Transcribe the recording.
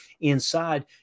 inside